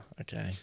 okay